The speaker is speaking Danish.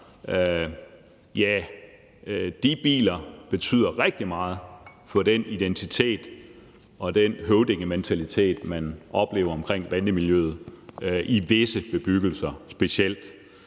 andre – betyder rigtig meget for den identitet og den høvdingementalitet, man oplever omkring bandemiljøet i visse bebyggelser specielt.